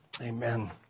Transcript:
amen